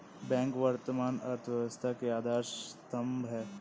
bank वर्तमान अर्थव्यवस्था के आधार स्तंभ है